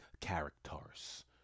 characters